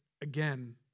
again